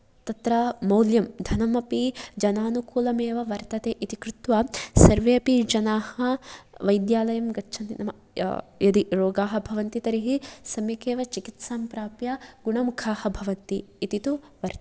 तत्र मौल्यं धनमपि जनानुकूलमेव वर्तते इति कृत्वा सर्वेपि जनाः वैद्यालयम् गच्छति यदि रोगाः भवन्ति तर्हि सम्यक् एव चिकित्सां प्राप्य गुणमुखाः भवन्ति इति तु वर्तते